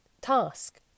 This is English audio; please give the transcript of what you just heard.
task